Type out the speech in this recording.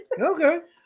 Okay